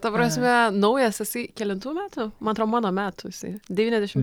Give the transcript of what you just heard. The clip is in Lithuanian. ta prasme naujas jisai kelintų metų man atrodo mano metų jisai devyniasdešim